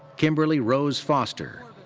kimberlee rose foster.